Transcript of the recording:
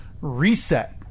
Reset